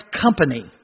company